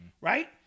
Right